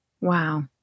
Wow